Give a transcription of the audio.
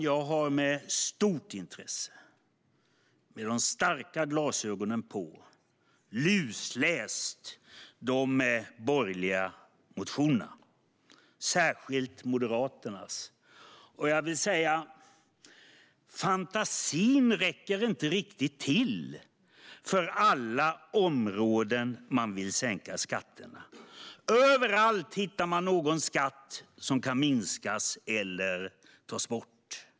Jag har med stort intresse och starka glasögon lusläst de borgerliga motionerna, särskilt Moderaternas. Fantasin räcker inte riktigt till för alla områden de vill sänka skatterna på. Överallt hittar de någon skatt som kan minskas eller tas bort.